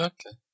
Okay